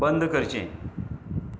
बंद करचें